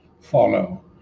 follow